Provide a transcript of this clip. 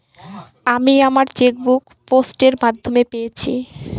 আমি আমার chequebook post এর মাধ্যমে পেয়েছি